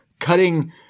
Cutting